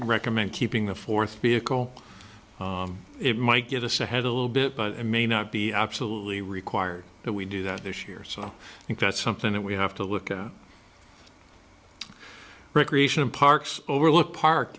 recommend keeping the fourth vehicle it might give us a head a little bit but it may not be absolutely required that we do that this year so i think that's something that we have to look at recreation and parks overlook park